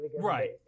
right